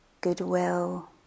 goodwill